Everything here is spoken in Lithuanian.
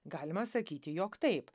galima sakyti jog taip